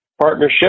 Partnership